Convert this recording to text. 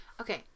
Okay